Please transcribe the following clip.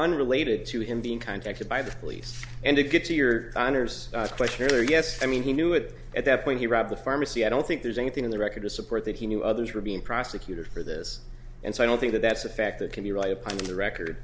unrelated to him being contacted by the police and to get to your honor's question or yes i mean he knew it at that point he robbed the pharmacy i don't think there's anything in the record to support that he knew others were being prosecuted for this and so i don't think that that's a fact that can be relied upon in the record